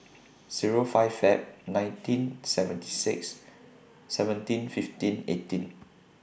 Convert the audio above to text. Zero five Feb nineteen seventy six seventeen fifteen eighteen